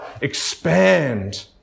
expand